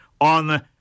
on